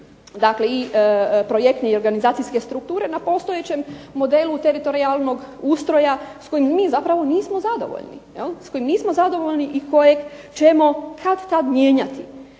dakle i projektne i organizacijske strukture na postojećem modelu teritorijalnog ustroja s kojim mi zapravo nismo zadovoljni. S kojim nismo zadovoljni i kojeg ćemo kad-tad mijenjati.